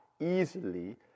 easily